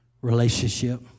relationship